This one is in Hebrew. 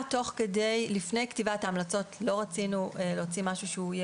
לפני כתיבת ההמלצות לא רצינו להוציא משהו שיהיה